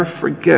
forget